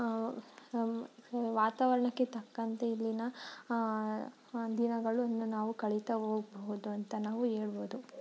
ವಾತಾವರಣಕ್ಕೆ ತಕ್ಕಂತೆ ಇಲ್ಲಿನ ದಿನಗಳನ್ನು ನಾವು ಕಳೀತಾ ಹೋಗ್ಬಹುದು ಅಂತ ನಾವು ಹೇಳ್ಬೋದು